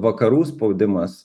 vakarų spaudimas